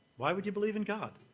why would you believe in god?